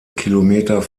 kilometer